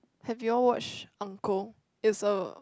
have you all watched it's a